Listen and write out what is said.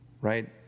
Right